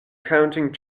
counting